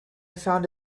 found